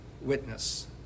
witness